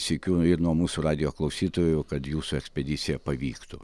sykiu ir nuo mūsų radijo klausytojų kad jūsų ekspedicija pavyktų